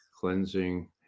cleansing